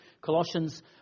Colossians